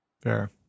Fair